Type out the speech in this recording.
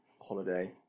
holiday